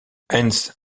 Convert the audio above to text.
heinz